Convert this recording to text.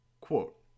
Quote